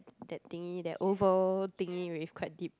that thingy that oval thingy with quite deep